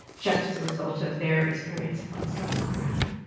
just as a result of their experience of what's going on around them.